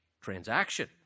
transaction